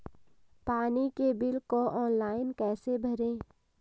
पानी के बिल को ऑनलाइन कैसे भरें?